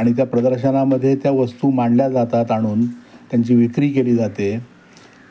आणि त्या प्रदर्शनामध्ये त्या वस्तू मांडल्या जातात आणून त्यांची विक्री केली जाते